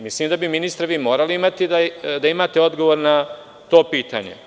Mislim da bi, ministre, morali imati odgovor na to pitanje.